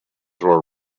were